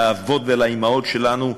לאבות ולאימהות שלנו: